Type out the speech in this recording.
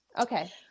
Okay